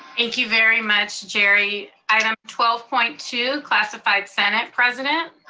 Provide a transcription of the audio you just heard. thank you very much, jeri. item twelve point two, classified senate president.